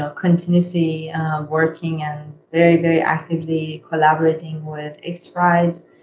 ah continuously working and very, very actively collaborating with x prize.